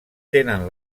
tenen